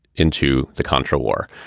into the contra war.